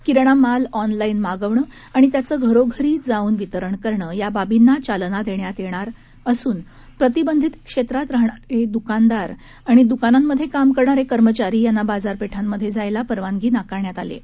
किराणा माल अॅनलाईन मागवणं आणि त्याचं घरोघरी जाऊन वितरण करणं या बाबींना चालना देण्यात येणार प्रतिबंधित क्षेत्रांमध्ये राहणारे दुकानदार आणि दुकानांमध्ये काम करणारे कर्मचारी यांना बाजारपेठांमध्ये जाण्यास परवानगी नाकारण्यात आली आहे